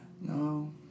No